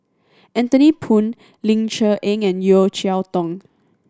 Anthony Poon Ling Cher Eng and Yeo Cheow Tong